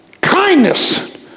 Kindness